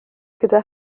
gyda